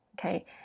okay